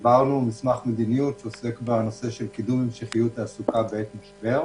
חיברנו מסמך מדיניות שעוסק בנושא קידום המשכיות בעת משבר.